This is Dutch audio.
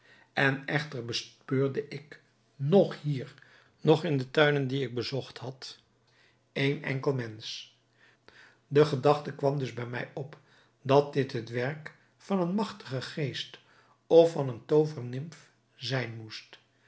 en echter bespeurde ik noch hier noch in de tuinen die ik bezocht had een enkel mensch de gedachte kwam dus bij mij op dat dit het werk van een magtigen geest of van eene toovernimf zijn moest